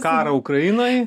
karą ukrainoj